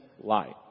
light